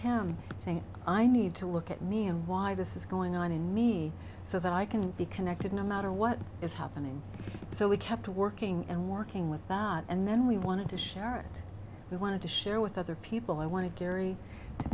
him saying i need to look at me and why this is going on in me so that i can be connected no matter what is happening so we kept working and working with god and then we wanted to share it we wanted to share with other people i wanted gary to